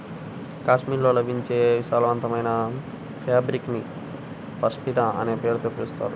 కాశ్మీర్లో లభించే విలాసవంతమైన ఫాబ్రిక్ ని పష్మినా అనే పేరుతో పిలుస్తారు